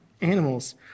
animals